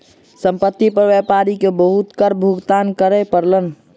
संपत्ति पर व्यापारी के बहुत कर भुगतान करअ पड़लैन